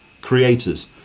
creators